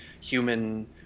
human